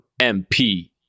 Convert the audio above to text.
MP